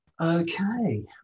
Okay